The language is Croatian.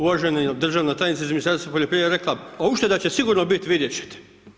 Uvažena državna tajnica iz Ministarstva poljoprivrede je rekla, a ušteda će sigurno biti, vidjet ćete.